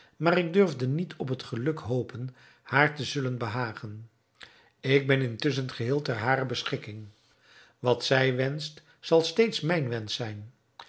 maar ik durfde niet op het geluk hopen haar te zullen behagen ik ben intusschen geheel ter harer beschikking wat zij wenscht zal steeds mijn wensch zijn